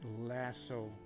lasso